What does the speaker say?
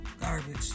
garbage